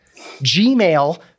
Gmail